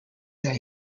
that